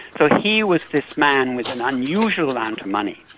so here was this man with an unusual amount of money.